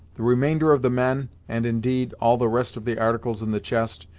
the remainder of the men, and, indeed, all the rest of the articles in the chest,